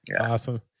Awesome